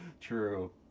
True